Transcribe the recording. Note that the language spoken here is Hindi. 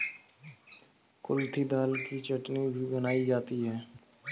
कुल्थी दाल की चटनी भी बनाई जाती है